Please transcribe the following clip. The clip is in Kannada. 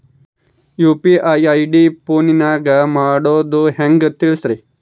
ಯು.ಪಿ.ಐ ಐ.ಡಿ ಫೋನಿನಾಗ ಮಾಡೋದು ಹೆಂಗ ತಿಳಿಸ್ರಿ?